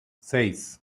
seis